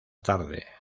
tarde